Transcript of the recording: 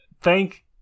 Thank